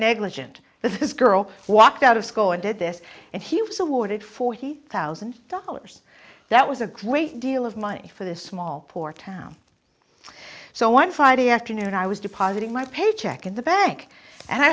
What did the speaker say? negligent the girl walked out of school and did this and he was awarded forty thousand dollars that was a great deal of money for this small poor town so one friday afternoon i was depositing my paycheck in the bank and i